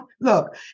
Look